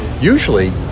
usually